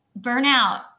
burnout